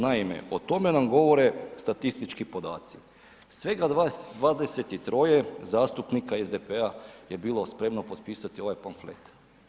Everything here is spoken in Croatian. Naime, o tome nam govore statistički podaci, svega 23 zastupnika SDP-a je bilo spremno potpisati ovaj pamflet.